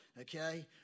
Okay